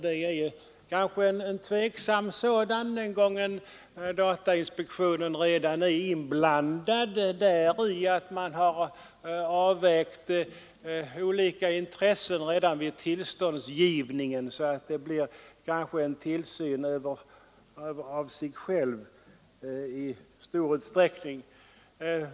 Detta blir tveksamt i de fall datainspektionen redan är inblandad på så sätt att man vid tillståndsgivningen avvägt olika intressen. Det kan alltså bli en tillsyn över sig själv!